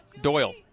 Doyle